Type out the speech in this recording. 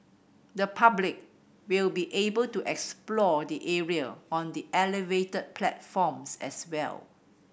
the public will be able to explore the area on elevated platforms as well